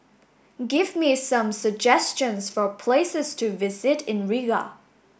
give me some suggestions for places to visit in Riga